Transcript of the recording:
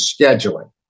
scheduling